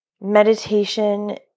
Meditation